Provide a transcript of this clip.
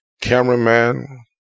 cameraman